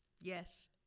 yes